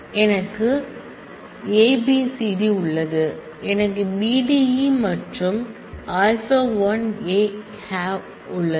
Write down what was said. எனவே எனக்கு A B C D உள்ளது எனக்கு B D E மற்றும் α α a 1 a உள்ளது